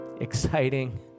exciting